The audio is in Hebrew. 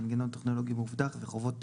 מנגנון טכנולוגי מאובטח וחובות תיעוד.